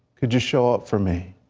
can you show up for me?